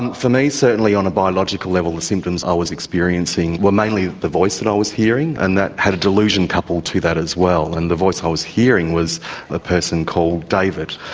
um for me certainly on a biological level the symptoms i was experiencing were mainly the voice i was hearing, and that had a delusion coupled to that as well, and the voice i was hearing was a person called david.